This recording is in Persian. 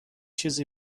چیزی